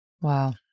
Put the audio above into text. Wow